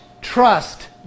trust